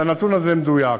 שהנתון הזה מדויק.